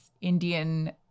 Indian